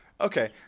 Okay